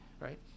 right